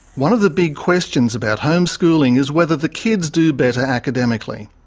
one of the big questions about homeschooling is whether the kids do better academically.